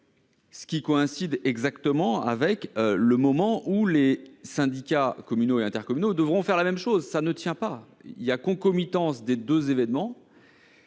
Cela coïncide exactement avec le moment où les syndicats communaux et intercommunaux devront faire la même chose ; cela ne tient pas ! Il y a concomitance des deux événements.